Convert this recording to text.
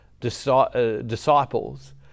disciples